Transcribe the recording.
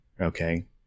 okay